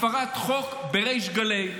הפרת חוק בריש גלי.